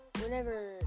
whenever